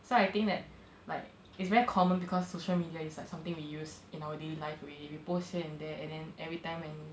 so I think that like it's very common because social media is like something we use in our daily life already we post here and there and then everytime when